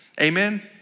Amen